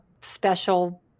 special